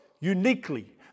uniquely